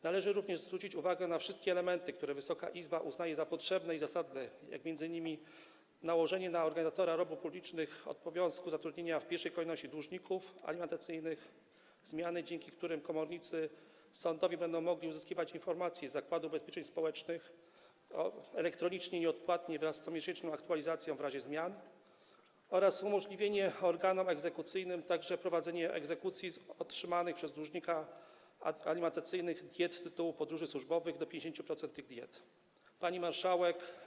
Należy również zwrócić uwagę na wszystkie elementy, które Wysoka Izba uznaje za potrzebne i zasadne, takie m.in. jak: nałożenie na organizatora robót publicznych obowiązku zatrudniania w pierwszej kolejności dłużników alimentacyjnych, zmiany, dzięki którym komornicy sądowi będą mogli uzyskiwać informacje z Zakładu Ubezpieczeń Społecznych elektronicznie, nieodpłatnie wraz z comiesięczną aktualizacją w razie zmian oraz umożliwienie organom egzekucyjnym prowadzenia egzekucji także z otrzymanych przez dłużników alimentacyjnych diet z tytułu podróży służbowych, do 50% tych diet. Pani Marszałek!